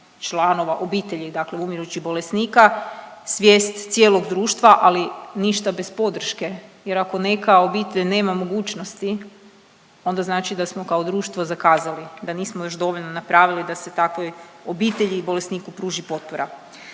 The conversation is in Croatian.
članova obitelji, dakle umirućih bolesnika, svijest cijelog društva, ali ništa bez podrške jer ako neka obitelj nema mogućnosti onda znači da smo kao društvo zakazali, da nismo još dovoljno napravili da se takvoj obitelji i bolesniku pruži potpora.